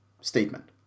statement